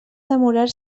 demorar